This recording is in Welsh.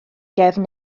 gefn